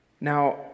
Now